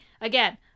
Again